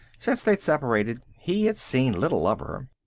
since they'd separated he had seen little of her.